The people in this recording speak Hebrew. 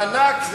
מענק,